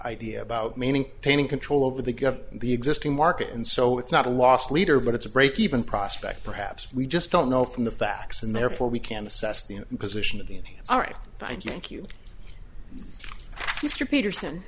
idea about meaning pain control over the got the existing market and so it's not a loss leader but it's a breakeven prospect perhaps we just don't know from the facts and therefore we can assess the position of the all right thank you thank you mr peterson